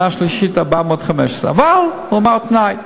שנה שלישית, 415. אבל הוא אמר תנאי,